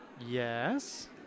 yes